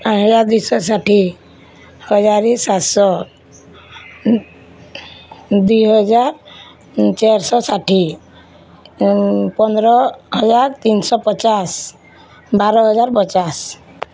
ଦୁଇ ଶହ ଷାଠିଏ ହଜାର ସାତଶହ ଦୁଇ ହଜାର ଚାରିଶହ ଷାଠିଏ ପନ୍ଦର ହଜାର ତିନିଶହ ପଚାଶ ବାର ହଜାର ପଚାଶ